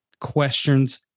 questions